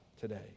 today